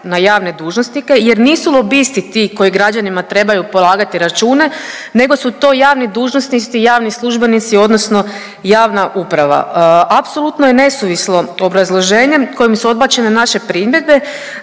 na javne dužnosnike, jer nisu lobisti ti koji građanima trebaju polagati račune, nego su to javni dužnosnici, javni službenici odnosno javna uprava. Apsolutno je nesuvislo obrazloženje kojim su odbačene naše primjedbe,